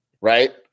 right